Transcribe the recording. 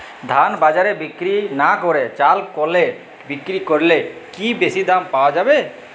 ধান বাজারে বিক্রি না করে চাল কলে বিক্রি করলে কি বেশী দাম পাওয়া যাবে?